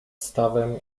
stawem